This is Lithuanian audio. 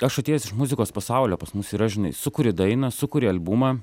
aš atėjęs iš muzikos pasaulio pas mus yra žinai sukuri dainą sukuri albumą